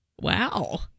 Wow